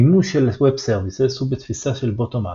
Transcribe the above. מימוש של Web Services הוא בתפיסה של Bottom-Up,